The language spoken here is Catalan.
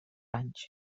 anys